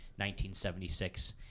1976